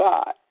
God